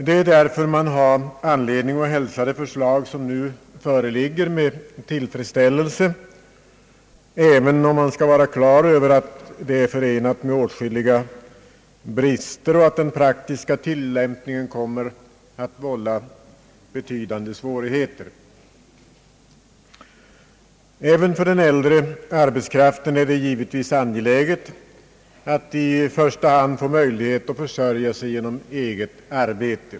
Det är därför man har anledning att hälsa det förslag som nu föreligger med tillfredsställelse, även om man skall ha klart för sig att det är behäftat med åtskilliga brister och att den praktiska tillämpningen kommer att vålla betydande svårigheter. Även för den äldre arbetskraften är det givetvis angeläget att i första hand få möjligheter att försörja sig genom eget arbete.